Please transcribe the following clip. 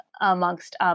amongst